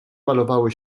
malowały